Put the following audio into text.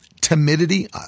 timidity